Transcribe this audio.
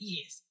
Yes